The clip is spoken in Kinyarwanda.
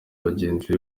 bagenzi